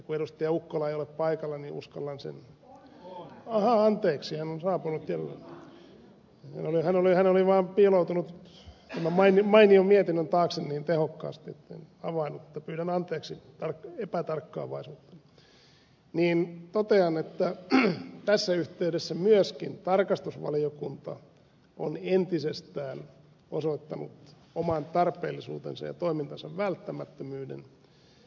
ukkola ei ole paikalla niin uskallan sen ahaa anteeksi hän on saapunut jälleen hän oli vaan piiloutunut tämän mainion mietinnön taakse niin tehokkaasti etten havainnut pyydän anteeksi epätarkkaavaisuuttani todeta että tässä yhteydessä myöskin tarkastusvaliokunta on entisestään osoittanut oman tarpeellisuutensa ja toimintansa välttämättömyyden